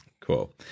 Cool